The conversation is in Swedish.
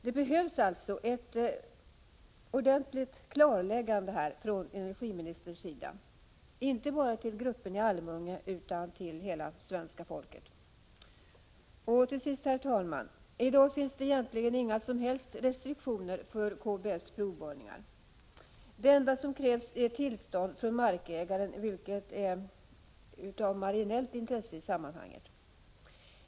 Det behövs alltså ett ordentligt klarläggande från energiministerns sida — inte bara till gruppen i Almunge utan till hela svenska folket. Till sist, herr talman: I dag finns det egentligen inga som helst restriktioner för KBS provborrningar. Det enda som krävs är tillstånd från markägaren, vilket är av marginellt intresse i sammanhanget.